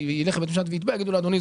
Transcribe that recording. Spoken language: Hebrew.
ויילך לבית משפט ויתבע יגידו לו: אדוני,